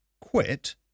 quit